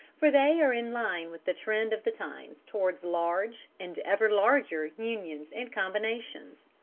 for they are in line with the trend of the times towards large, and ever larger, unions and combinations.